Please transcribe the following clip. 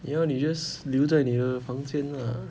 你要你 just 留在你的房间 lah